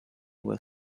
were